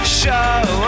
show